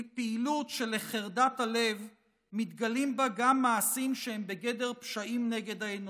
פעילות שלחרדת הלב מתגלים בה גם מעשים שהם בגדר פשעים נגד האנושות.